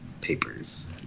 papers